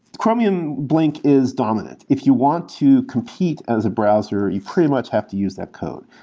chromium blink is dominant. if you want to compete as a browser you pretty much have to use that code.